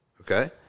okay